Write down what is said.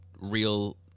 real